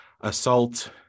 assault